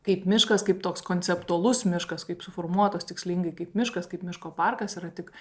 kaip miškas kaip toks konceptualus miškas kaip suformuotas tikslingai kaip miškas kaip miško parkas yra tik